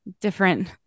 different